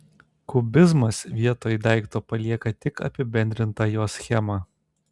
kubizmas vietoj daikto palieka tik apibendrintą jo schemą